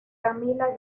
camila